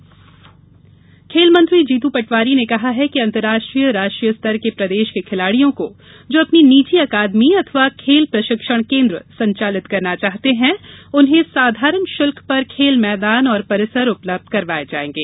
खेल विकास खेल मंत्री जीतू पटवारी ने कहा है कि अंतर्राष्ट्रीय राष्ट्रीय स्तर के प्रदेश के खिलाड़ियों को जो अपनी निजी अकादमी अथवा खेल प्रशिक्षण केन्द्र संचालित चाहते है उन्हें साधारण शुल्क पर खेल मैदान और परिसर उपलब्ध करवाये जायेंगे